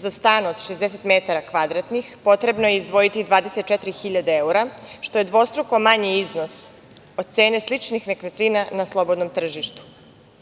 Za stan od 60 metara kvadratnih potrebno je izdvojiti 24 hiljade evra, što je dvostruko manji iznos od cene sličnih nekretnina na slobodnom tržištu.